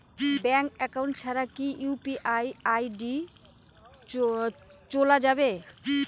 Bank account ছাড়া কি UPI ID চোলা যাবে?